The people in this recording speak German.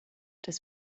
des